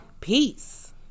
Peace